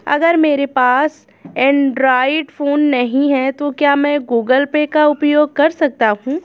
अगर मेरे पास एंड्रॉइड फोन नहीं है तो क्या मैं गूगल पे का उपयोग कर सकता हूं?